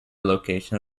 location